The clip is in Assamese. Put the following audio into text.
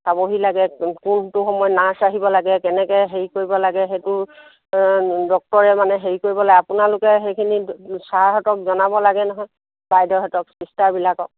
চাবহি লাগে কোনটো সময়ত নাৰ্ছ আহিব লাগে কেনেকৈ হেৰি কৰিব লাগে সেইটো ডক্টৰে মানে হেৰি কৰিব লাগে আপোনালোকে সেইখিনি ছাৰহঁতক জনাব লাগে নহয় বাইদেউহঁতক চিষ্টাৰবিলাকক